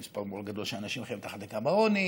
שמספר מאוד גדול של אנשים חיים מתחת לקו העוני,